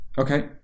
okay